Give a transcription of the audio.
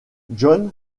john